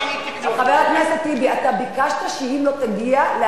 חבר הכנסת טיבי דיבר בזמן, לא שיניתי כלום.